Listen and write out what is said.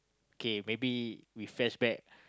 okay maybe we flashback